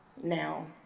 now